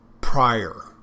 prior